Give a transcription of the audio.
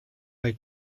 like